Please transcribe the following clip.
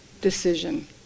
decision